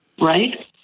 right